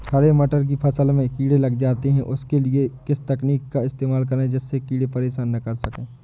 हरे मटर की फसल में कीड़े लग जाते हैं उसके लिए किस तकनीक का इस्तेमाल करें जिससे कीड़े परेशान ना कर सके?